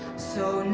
so